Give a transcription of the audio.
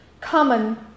common